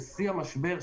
בשיא המשבר,